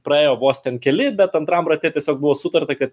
praėjo vos keli bet antram rate tiesiog buvo sutarta kad